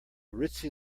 ritzy